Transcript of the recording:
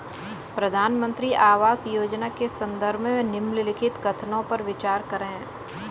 प्रधानमंत्री आवास योजना के संदर्भ में निम्नलिखित कथनों पर विचार करें?